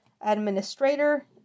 Administrator